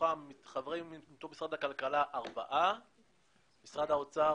ארבעה ממשרד הכלכלה, ארבעה ממשרד האוצר.